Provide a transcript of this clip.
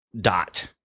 dot